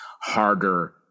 harder